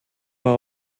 war